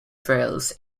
trails